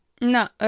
No